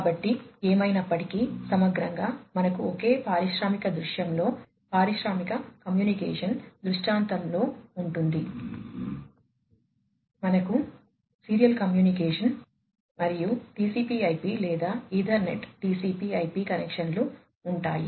కాబట్టి ఏమైనప్పటికీ సమగ్రంగా మనకు ఒకే పారిశ్రామిక దృశ్యంలో పారిశ్రామిక కమ్యూనికేషన్ దృష్టాంతంలో ఉంటుంది మనకు serial communication ethernet net communication మరియు టిసిపి ఐపి లేదా ఈథర్నెట్ టిసిపి ఐపి కనెక్షన్లు ఉంటాయి